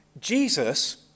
Jesus